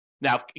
Now